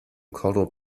cordon